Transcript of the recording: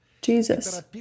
Jesus